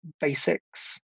basics